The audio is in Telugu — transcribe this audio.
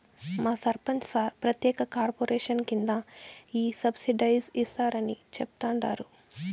మా సర్పంచ్ సార్ ప్రత్యేక కార్పొరేషన్ కింద ఈ సబ్సిడైజ్డ్ ఇస్తారని చెప్తండారు